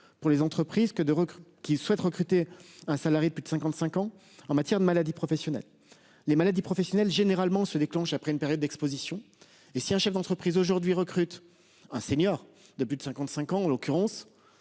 que de recrues qui souhaite recruter un salarié de plus de 55 ans en matière de maladies professionnelles. Les maladies professionnelles généralement se déclenche après une période d'Exposition. Et si un chef d'entreprise aujourd'hui recrutent un senior de plus de 55 ans, en l'occurrence.